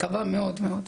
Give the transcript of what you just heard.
מקווה מאוד מאוד.